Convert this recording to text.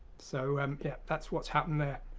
so um yeah that's what's happened there,